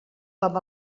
com